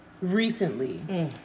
Recently